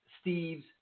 Steve's